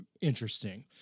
interesting